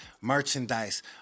merchandise